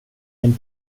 din